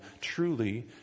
truly